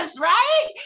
Right